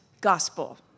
gospel